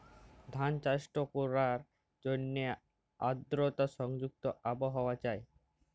ধাল চাষট ক্যরার জ্যনহে আদরতা সংযুক্ত আবহাওয়া চাই